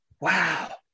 Wow